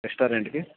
రెస్టారెంట్కి